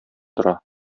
тора